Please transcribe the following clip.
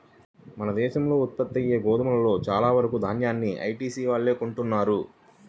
మన దేశంలో ఉత్పత్తయ్యే గోధుమలో చాలా వరకు దాన్యాన్ని ఐటీసీ వాళ్ళే కొంటన్నారు